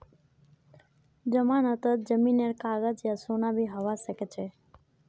जमानतत जमीनेर कागज या सोना भी हबा सकछे